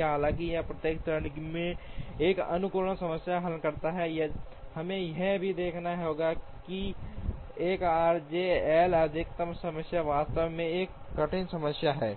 हालांकि यह प्रत्येक चरण में एक अनुकूलन समस्या हल करता है हमें यह भी देखना होगा कि 1 आरजे एल अधिकतम समस्या वास्तव में एक कठिन समस्या है